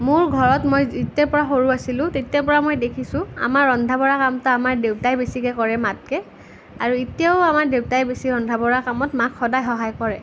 মোৰ ঘৰত মই যেতিয়াৰ পৰা সৰু আছিলোঁ তেতিয়াৰ পৰা মই দেখিছোঁ আমাৰ ৰন্ধা বঢ়া কামতো আমাৰ দেউতাই বেছিকৈ কৰে মাতকৈ আৰু এতিয়াও আমাৰ দেউতাই বেছি ৰন্ধা বঢ়া কামত মাক সদায় সহায় কৰে